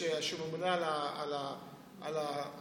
שממונה על הפרקליטות,